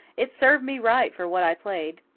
it served me right for what i played.